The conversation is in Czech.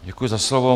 Děkuji za slovo.